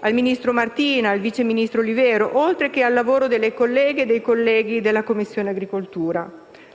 al ministro Martina, al vice ministro Olivero, oltre che al lavoro delle colleghe e dei colleghi della Commissione agricoltura.